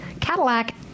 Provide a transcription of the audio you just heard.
Cadillac